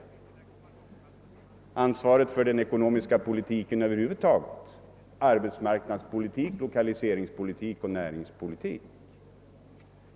Det gäller ansvaret för den ekonomiska politiken över huvud taget, arbetsmarknadspolitiken, lokaliseringspolitiken och näringspolitiken.